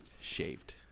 shaved